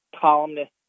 columnist